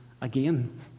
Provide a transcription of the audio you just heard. again